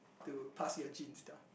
to pass it your genes down